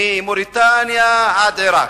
ממאוריטניה עד עירק.